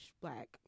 black